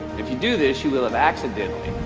if you do this you will have accidentally,